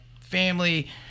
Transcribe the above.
family